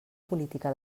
política